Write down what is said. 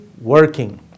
working